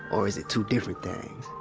or is it two different things?